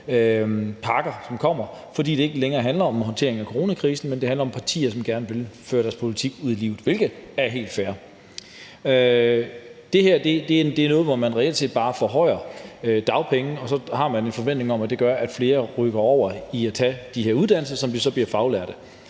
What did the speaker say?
pakker, som kommer, fordi det ikke længere handler om håndtering af coronakrisen, men om partier, som gerne vil føre deres politik ud i livet, hvilket er helt fair. Det her er noget, hvor man reelt set bare forhøjer dagpengene, og så har man en forventning om, at det gør, at flere rykker over til at tage de her uddannelser, så de så bliver faglærte.